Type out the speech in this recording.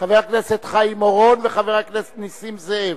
חבר הכנסת חיים אורון וחבר הכנסת נסים זאב.